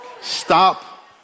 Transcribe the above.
Stop